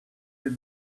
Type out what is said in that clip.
feet